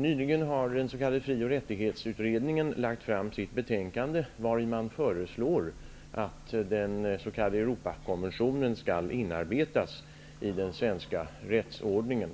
Nyligen har den s.k. Fri och rättighetsutredningen lagt fram sitt betänkande vari man föreslår att den s.k. Europakonventionen skall inarbetas i den svenska rättsordningen.